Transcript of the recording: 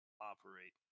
operate